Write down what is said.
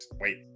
wait